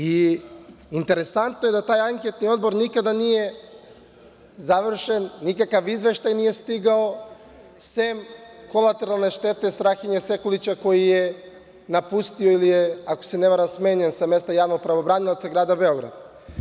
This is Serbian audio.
Interesantno je da taj anketni odbor nikada nije završen, nikakav izveštaj nije stigao, sem kolateralne štete Strahinje Sekulića koji je napustio, ili je, ako se ne varam, smenjen sa mesta javnog pravobranioca Grada Beograda.